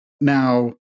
Now